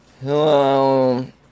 Hello